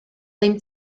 ddim